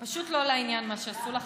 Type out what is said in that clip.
פשוט לא לעניין מה שעשו לך,